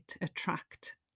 attract